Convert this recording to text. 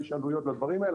יש עלויות לדברים האלה.